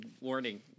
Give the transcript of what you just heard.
warning